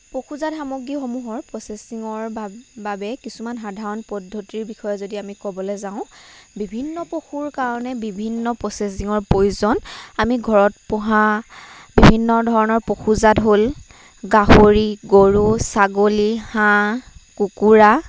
পশুজাত সামগ্ৰীসমূহৰ প্ৰচেচিঙৰ বা বাবে কিছুমান সাধাৰণ পদ্ধতিৰ বিষয়ে যদি আমি ক'বলৈ যাওঁ বিভিন্ন পশুৰ কাৰণে বিভিন্ন প্ৰচেচিঙৰ প্ৰয়োজন আমি ঘৰত পোহা বিভিন্ন ধৰণৰ পশুজাত হ'ল গাহৰি গৰু ছাগলী হাঁহ কুকুৰা